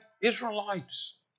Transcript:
Israelites